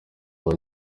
rwa